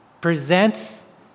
presents